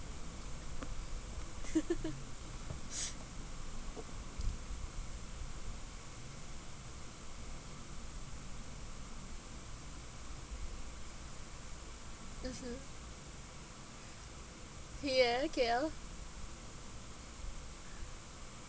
mmhmm yeah okay I'll